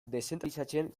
deszentralizatzen